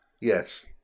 Yes